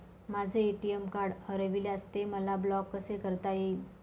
माझे ATM card हरविल्यास ते मला ब्लॉक कसे करता येईल?